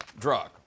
drug